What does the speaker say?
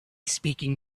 speaking